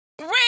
Red